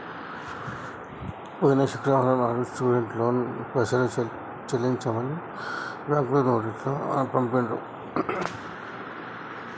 పోయిన శుక్రవారం నాడు స్టూడెంట్ లోన్ పైసలు చెల్లించమని బ్యాంకులు నోటీసు పంపిండ్రు